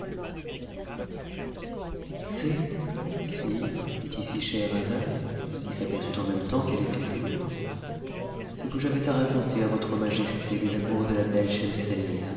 sire dit ici scheherazade qui s'aperçut en mente temps était jour ce que j'avais à raconter a votre majesté des amours de ta